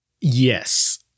Yes